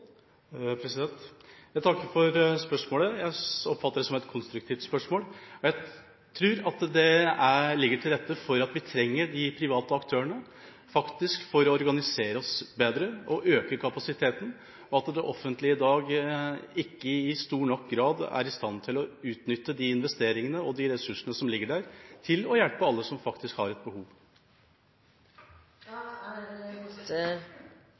Jeg takker for spørsmålet. Jeg oppfatter det som et konstruktivt spørsmål. Jeg tror det ligger til rette for at vi trenger de private aktørene for å organisere oss bedre og øke kapasiteten, og at det offentlige i dag ikke i stor nok grad er i stand til å utnytte de investeringene og de ressursene som ligger der, til å hjelpe alle som faktisk har et behov. Eg høyrde representanten fortelja i innlegget at Venstre er